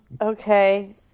okay